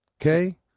Okay